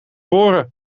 voren